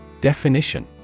Definition